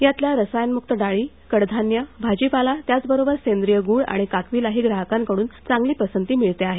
यातल्या रसायनमुक्त डाळी कडधान्य भाजीपाला त्याचबरोबर सेंद्रीय गुळ आणि काकवीलाही ग्राहकांकडून चांगली पसंती मिळते आहे